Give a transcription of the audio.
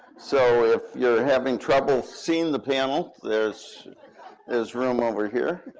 so, if you're having trouble seeing the panel, there's his room over here.